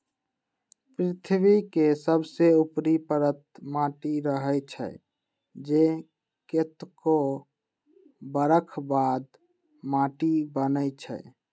पृथ्वी के सबसे ऊपरी परत माटी रहै छइ जे कतेको बरख बाद माटि बनै छइ